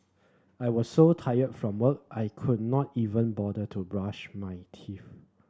I was so tired from work I could not even bother to brush my teeth